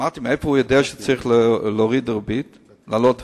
אמרתי, מאיפה הוא יודע שצריך להעלות ריבית,